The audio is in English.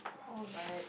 alright